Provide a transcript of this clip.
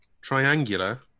triangular